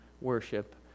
worship